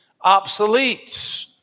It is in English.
obsolete